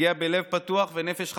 הגיע בלב פתוח ונפש חפצה,